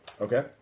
Okay